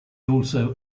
also